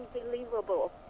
unbelievable